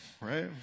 right